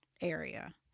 area